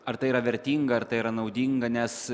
ar tai yra vertinga ar tai yra naudinga nes